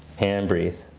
and breathe.